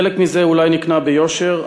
חלק מזה אולי נקנה ביושר,